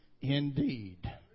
indeed